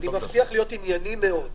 אני מבטיח להיות ענייני מאוד.